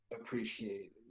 appreciate